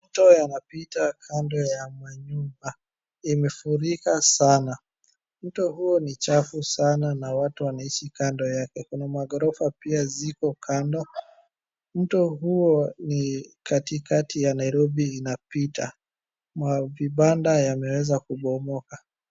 Mto yanapita kando ya manyumba. Imefurika sana. Mto huo ni chafu sana na watu wanaishi kando yake. Kuna maghorofa pia ziko kando, mto huo ni katikati ya Nairobi inapita. Mavibanda yameweza kubomoka.